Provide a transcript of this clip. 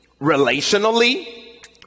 relationally